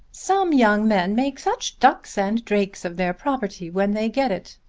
some young men make such ducks and drakes of their property when they get it.